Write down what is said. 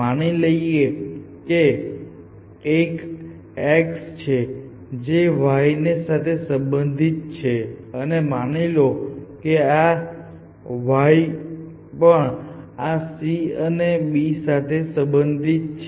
માની લઈએ કે એક x છે જે y સાથે સંબંધિત છે અને માની લો કે આ y પણ આ c અને b સાથે સંબંધિત છે